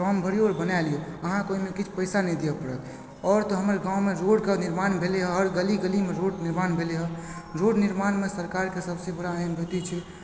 form भरियौ आओर बना लियौ अहाँके ओहिमे किछु पैसा नहि देबै पड़त आओर तऽ हमर गाँवमे रोडके निर्माण भेलै हँ आओर गली गलीमे रोड निर्माण भेलै हँ रोड निर्माणमे सरकारके सबसे बड़ा अहम भुमिका छै